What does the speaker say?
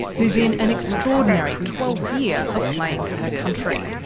who's in an extraordinary twelfth year of playing for her country.